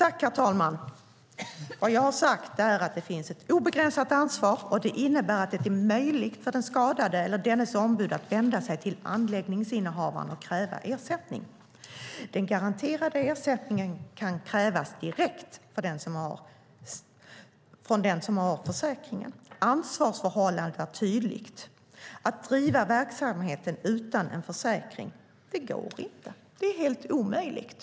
Herr talman! Det jag sagt är att det finns ett obegränsat ansvar. Det innebär att det är möjligt för den skadade eller dennes ombud att vända sig till anläggningsinnehavaren och kräva ersättning. Den garanterade ersättningen kan krävas direkt från den som har försäkringen. Ansvarsförhållandet är tydligt. Att driva verksamheten utan en försäkring går inte. Det är helt omöjligt.